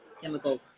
Chemicals